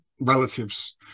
relatives